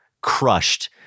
crushed